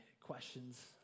questions